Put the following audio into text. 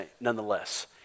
nonetheless